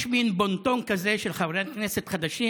יש מין בון-טון כזה של חברי כנסת חדשים: